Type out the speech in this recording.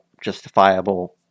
justifiable